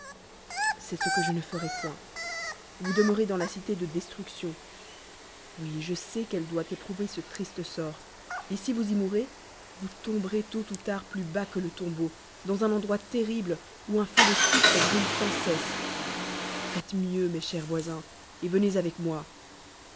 c'est ce que je ne ferai point vous demeurez dans la cité de destruction oui je sais qu'elle doit éprouver ce triste sort et si vous y mourez vous tomberez tt ou tard plus bas que le tombeau dans un endroit terrible où un feu de soufre br lle sans cesse faites mieux mes chers voisins et venez avec moi